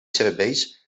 serveis